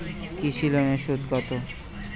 কৃষি লোনের সুদ কত?